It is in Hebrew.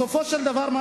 בסופו של דבר מה